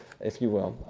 if you will.